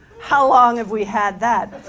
how long have we had that